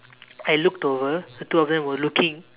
I looked over the two of them were looking